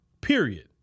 period